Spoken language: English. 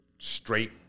straight